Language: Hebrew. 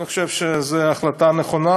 אני חושב שזו החלטה נכונה,